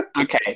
Okay